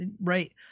right